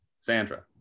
Sandra